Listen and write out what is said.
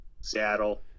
Seattle